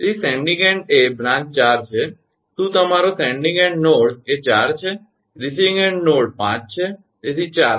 તેથી sending end એ branch 4 છે શું તમારો સેન્ડીંગ એન્ડ નોડ એ 4 છે રિસીવીંગ એન્ડ નોડ 5 છે તેથી 45